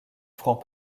francs